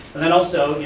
then also,